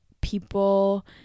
people